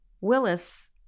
Willis